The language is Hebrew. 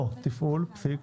לא, תפעול, פסיק,